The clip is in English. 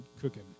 cooking